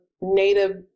native